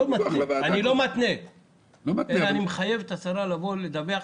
אני לא מתנה אבל אני מחייב את השר לדווח.